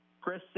Chris